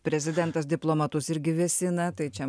prezidentas diplomatus irgi vėsina tai čia